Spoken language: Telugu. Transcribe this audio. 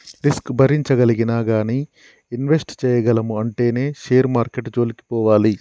రిస్క్ భరించగలిగినా గానీ ఇన్వెస్ట్ చేయగలము అంటేనే షేర్ మార్కెట్టు జోలికి పోవాలి